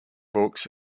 books